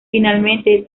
finalmente